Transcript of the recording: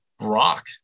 Rock